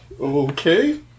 Okay